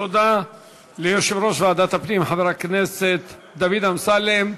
תודה ליושב-ראש ועדת הפנים חבר הכנסת דוד אמסלם.